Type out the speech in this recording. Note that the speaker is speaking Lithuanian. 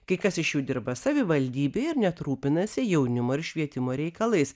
kai kas iš jų dirba savivaldybėj ir net rūpinasi jaunimo ir švietimo reikalais